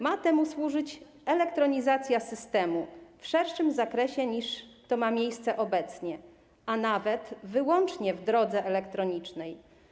Ma temu służyć elektronizacja systemu w szerszym zakresie, niż to się dzieje obecnie, a nawet wyłącznie w drodze elektronicznej.